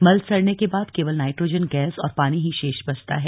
मल सड़ने के बाद केवल नाइट्रोजन गैस और पानी ही शेष बचता है